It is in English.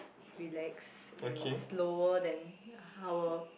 relax and slower than our